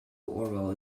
orwell